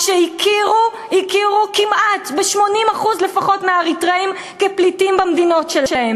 שהכירו כמעט ב-80% לפחות מהאריתריאים כפליטים אצלן.